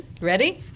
Ready